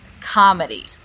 comedy